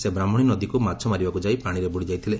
ସେ ବ୍ରାହ୍ବଶୀ ନଦୀକୁ ମାଛ ମାରିବାକୁ ଯାଇ ପାଶିରେ ବୁଡ଼ି ଯାଇଥିଲେ